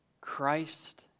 Christ